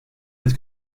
but